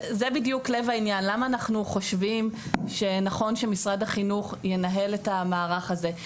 לב העניין למה אנחנו חושבים שנכון שמשרד החינוך ינהל את המערך הזה,